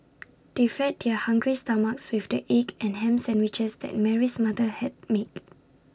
they fed their hungry stomachs with the egg and Ham Sandwiches that Mary's mother had made